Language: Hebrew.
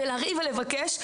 ולריב ולבקש.